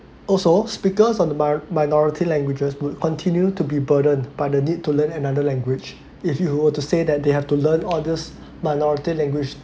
also speakers on the mino~ minority languages will continue to be burdened by the need to learn another language if you were to say that they have to learn all this minority language